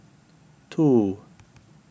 two